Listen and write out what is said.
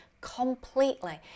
Completely